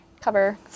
Cover